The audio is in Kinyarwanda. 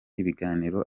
ibiganiro